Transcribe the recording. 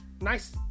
Nice